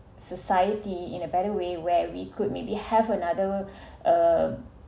society in a better way where we could maybe have another uh